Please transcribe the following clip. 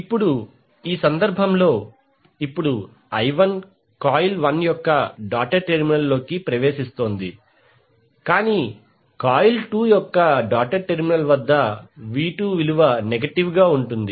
ఇప్పుడు ఈ సందర్భంలో ఇప్పుడు i1 కాయిల్ 1 యొక్క డాటెడ్ టెర్మినల్లోకి ప్రవేశిస్తోంది కాని కాయిల్ 2 యొక్క డాటెడ్ టెర్మినల్ వద్ద v2 నెగటివ్ గా ఉంటుంది